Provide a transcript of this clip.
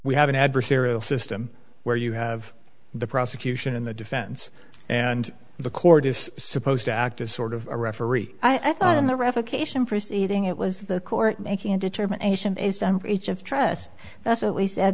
we have an adversarial system where you have the prosecution and the defense and the court is supposed to act as sort of a referee i thought in the revocation proceeding it was the court making a determination based on breach of trust that's what we said